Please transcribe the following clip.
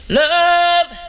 love